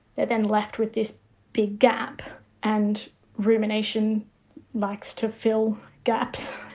they are then left with this big gap and rumination likes to fill gaps,